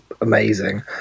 amazing